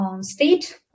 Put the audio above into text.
State